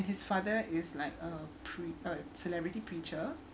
ya and his father is like a pre~ a celebrity preacher